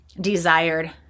desired